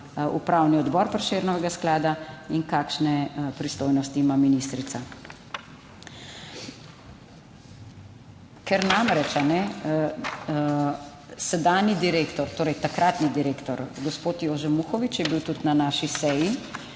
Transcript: Upravni odbor Prešernovega sklada in kakšne pristojnosti ima ministrica. Ker namreč sedanji direktor, torej takratni direktor, gospod Jožef Muhovič je bil tudi na naši seji